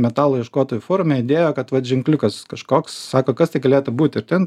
metalo ieškotojų forume įdėjo kad vat ženkliukas kažkoks sako kas tai galėtų būti ir ten